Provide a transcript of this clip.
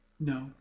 No